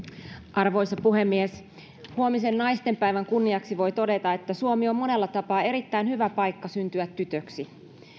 arvoisa puhemies huomisen naistenpäivän kunniaksi voi todeta että suomi on monella tapaa erittäin hyvä paikka syntyä tytöksi